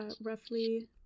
roughly